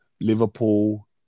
Liverpool